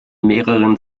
mehreren